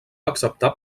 acceptar